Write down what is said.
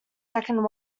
second